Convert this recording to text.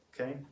Okay